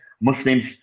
Muslims